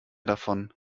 davon